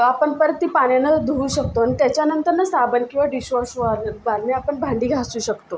आपण परत ती पाण्यानं धुऊ शकतो आणि त्याच्या नंतरच साबण किंवा डिशवॉश बारने आपण भांडी घासू शकतो